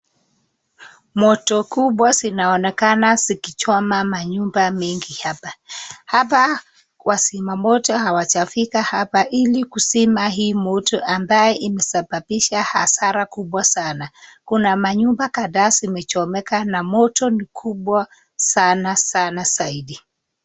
Moto kubwa zinaonekana zikichoma manyumba mengi hapa, hapa wazima moto hawajafika hapa ili kuzima hii moto ambayo imesababisha hasara kubwa sana, kuna manyumba kadhaa zimechomeka na moto ni kubwa sana sana zaidi.